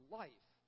life